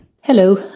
Hello